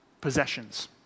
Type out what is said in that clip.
Possessions